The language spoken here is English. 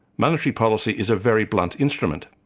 monetary policy is a very blunt instrument.